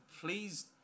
Please